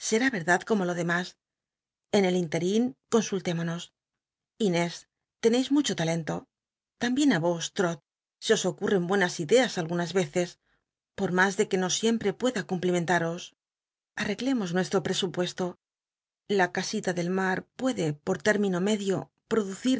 verdarl como lo demas en el intcrin consultémonos jnós teneis mucho talento lambien r vos trot se os ocurren buenas ideas algunas veces por mas do que no siemprc pueda cumplimentaros areglcmos nucstro presupuesto la casita del mar puede por término medio